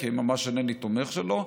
כי ממש אינני תומך שלו,